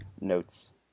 notes